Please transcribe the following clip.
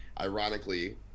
Ironically